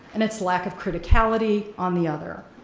and it's lack of criticality on the other.